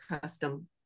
custom